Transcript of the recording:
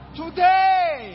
today